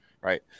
right